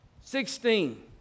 Sixteen